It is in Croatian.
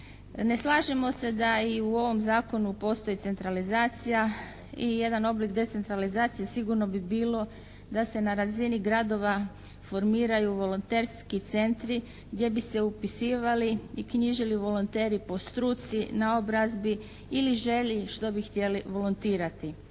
Ne slažemo se da i u ovom zakonu postoji centralizacija. I jedan oblik decentralizacije sigurno bi bilo da se na razini gradova formiraju volonterski centri gdje bi se upisivali i knjižili volonteri po struci, naobrazbi ili želi što bi htjeli volontirati.